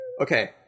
okay